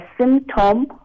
symptom